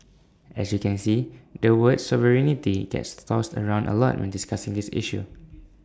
as you can see the word sovereignty gets tossed around A lot when discussing this issue